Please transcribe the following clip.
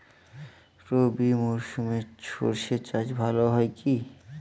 রবি মরশুমে সর্ষে চাস ভালো হয় কি?